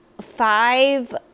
five